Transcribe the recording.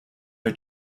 are